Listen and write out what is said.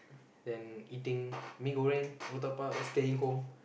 then eating mee-goreng murtabak staying home